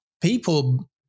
people